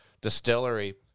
distillery